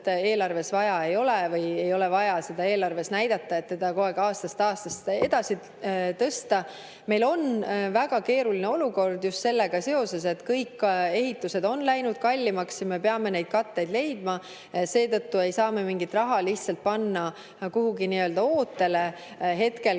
eelarves vaja ei ole või ei ole vaja seda eelarves näidata, et seda kogu aeg aastast aastasse edasi tõsta. Meil on väga keeruline olukord just sellega seoses, et kõik ehitused on läinud kallimaks ja me peame neid katteid leidma. Seetõttu ei saa me mingit raha lihtsalt panna kuhugi nii-öelda ootele hetkel,